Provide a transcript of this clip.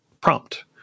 prompt